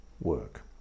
work